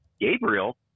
Gabriel